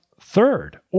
third